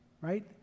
Right